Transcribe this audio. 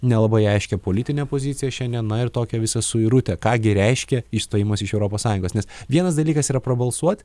nelabai aiškią politinę poziciją šiandien na ir tokią visą suirutę ką gi reiškia išstojimas iš europos sąjungos nes vienas dalykas yra prabalsuoti